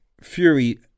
fury